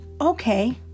okay